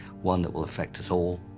one that will affect us all,